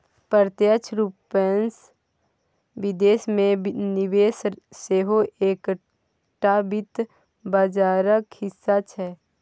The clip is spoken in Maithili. प्रत्यक्ष रूपसँ विदेश मे निवेश सेहो एकटा वित्त बाजारक हिस्सा छै